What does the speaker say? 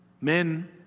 Men